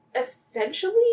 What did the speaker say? essentially